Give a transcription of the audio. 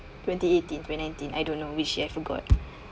twenty eighteen twenty nineteen I don't know which year I forgot